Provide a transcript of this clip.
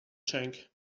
tank